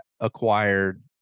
acquired